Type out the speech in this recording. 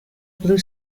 blue